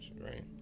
right